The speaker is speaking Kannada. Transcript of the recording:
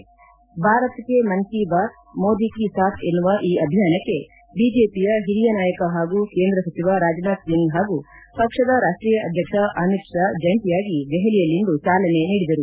ಭಾರತ್ ಕೆ ಮನ್ ಕಿ ಬಾತ್ ಮೋದಿ ಕಿ ಸಾಥ್ ಎನ್ನುವ ಈ ಅಭಿಯಾನಕ್ಕೆ ಬಿಜೆಪಿಯ ಹಿರಿಯ ನಾಯಕ ಹಾಗೂ ಕೇಂದ್ರ ಸಚಿವ ರಾಜನಾಥ್ ಸಿಂಗ್ ಹಾಗೂ ಪಕ್ಷದ ರಾಷ್ಷೀಯ ಅಧ್ಯಕ್ಷ ಅಮಿತ್ ಷಾ ಜಂಟಿಯಾಗಿ ದೆಹಲಿಯಲ್ಲಿಂದು ಚಾಲನೆ ನೀಡಿದರು